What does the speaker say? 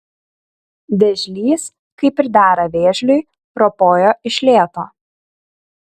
vėžlys kaip ir dera vėžliui ropojo iš lėto